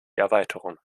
erweiterung